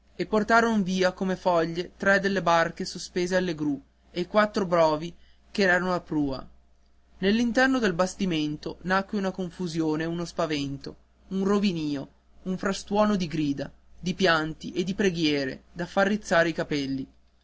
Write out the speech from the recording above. e portaron via come foglie tre delle barche sospese alle gru e quattro bovi ch'erano a prua nell'interno del bastimento nacque una confusione e uno spavento un rovinìo un frastuono di grida di pianti e di preghiere da far rizzare i capelli